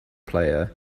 player